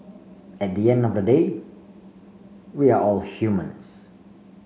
at the end of the day we are all humans